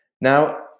Now